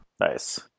Nice